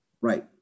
Right